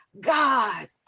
God